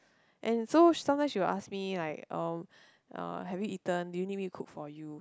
and so sometimes she will ask me like um uh have you eaten do you need me cook for you